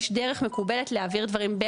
יש דרך מקובלת להעביר דברים,